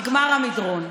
נגמר המדרון.